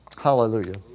Hallelujah